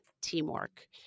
teamwork